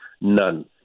None